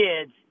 kids